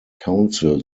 council